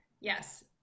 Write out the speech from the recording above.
yes